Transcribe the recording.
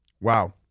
Wow